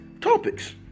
topics